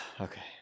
Okay